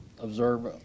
observe